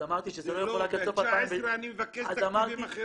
אז אמרתי שזה לא יחולק עד סוף --- ב-2019 אני מבקש תקציבים אחרים.